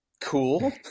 cool